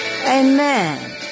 Amen